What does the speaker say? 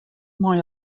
mei